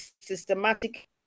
Systematic